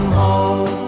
home